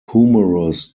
humorous